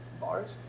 bars